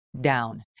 down